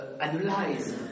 analyze